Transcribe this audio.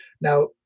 now